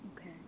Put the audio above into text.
Okay